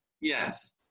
Yes